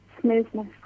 smoothness